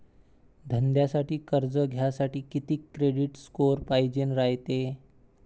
धंद्यासाठी कर्ज घ्यासाठी कितीक क्रेडिट स्कोर पायजेन रायते?